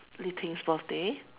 Li Ting's birthday